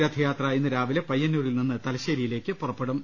രഥയാത്ര ഇന്ന് രാവിലെ പയ്യന്നൂരിൽ നിന്ന് തലശേരിയിലേക്ക് പുറപ്പെടും